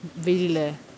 வெளில:velila